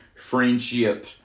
friendship